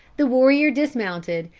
the warrior dismounted,